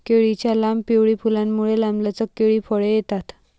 केळीच्या लांब, पिवळी फुलांमुळे, लांबलचक केळी फळे येतात